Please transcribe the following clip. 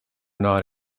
not